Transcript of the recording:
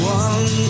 one